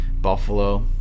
Buffalo